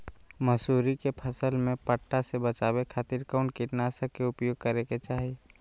मसूरी के फसल में पट्टा से बचावे खातिर कौन कीटनाशक के उपयोग करे के चाही?